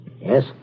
Yes